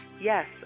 Yes